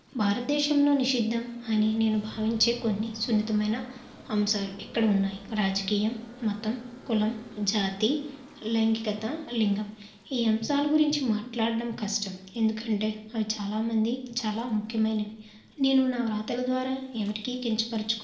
భారతదేశంలో నిషిద్ధం అని నేను భావించే కొన్ని సున్నితమైన అంశాలు ఇక్కడ ఉన్నాయి రాజకీయం మతం కులం జాతి లైంగికత లింగం ఈ అంశాల గురించి మాట్లాడం కష్టం ఎందుకంటే అవి చాలామంది చాలా ముఖ్యమైనవి నేను నా వ్రాతల ద్వారా ఎవరికి కించపరచుకొను